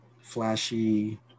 flashy